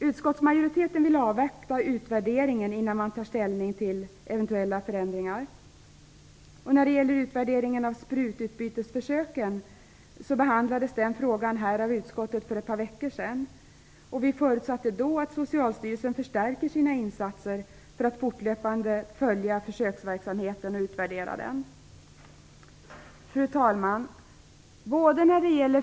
Utskottsmajoriteten vill avvakta utvärderingen innan man tar ställning till eventuella förändringar. Frågan om utvärderingen av sprututbytesförsöken behandlades här av utskottet för ett par veckor sedan. Vi förutsatte då att Socialstyrelsen förstärker sina insatser för att fortlöpande följa försöksverksamheten och utvärdera den. Fru talman!